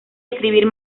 escribir